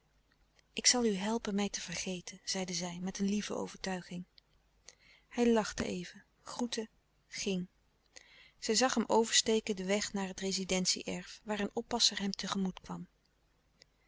ik zal u helpen mij te vergeten zeide zij met een lieve overtuiging hij lachte even groette ging zij zag hem oversteken den weg naar het rezidentie erf waar een oppasser hem tegemoet kwam